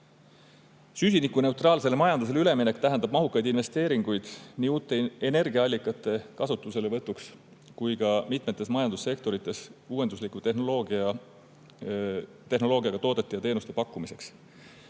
tõusu. Süsinikuneutraalsele majandusele üleminek tähendab mahukaid investeeringuid nii uute energiaallikate kasutuselevõtuks kui ka mitmes majandussektoris uuendusliku tehnoloogiaga toodete ja teenuste pakkumiseks.